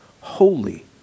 holy